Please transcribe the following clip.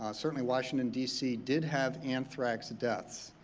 ah certainly washington d. c. did have anthrax deaths,